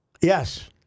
Yes